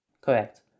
Correct